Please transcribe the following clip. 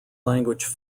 language